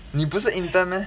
你不是 intern meh